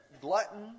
glutton